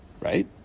Right